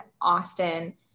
Austin